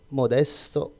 modesto